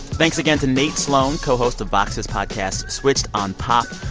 thanks again to nate sloan, co-host of vox's podcast switched on pop.